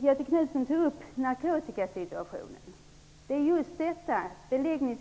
Göthe Knutson berörde narkotikasituationen. Just överbeläggningen